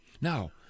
Now